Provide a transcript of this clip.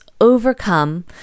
overcome